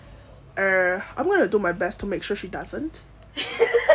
uh I'm gonna do my best to make sure she doesn't